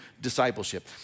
discipleship